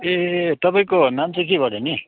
ए तपाईँको नाम चाहिँ के पऱ्यो नि